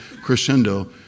crescendo